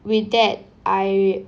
with that i